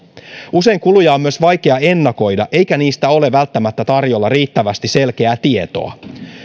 usein kuluja on myös vaikea ennakoida eikä niistä ole välttämättä tarjolla riittävästi selkeää tietoa